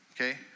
Okay